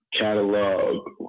catalog